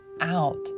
out